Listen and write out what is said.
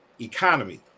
economy